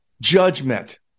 judgment